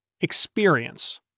experience